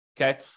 okay